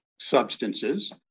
substances